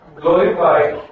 glorified